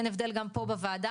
אין הבדל גם פה בוועדה,